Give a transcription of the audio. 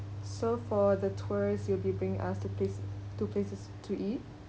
so for the tours you'll be bringing us to places to places to eat